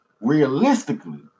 realistically